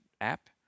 app